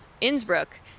Innsbruck